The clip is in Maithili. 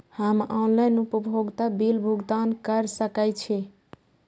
हम ऑनलाइन उपभोगता बिल भुगतान कर सकैछी?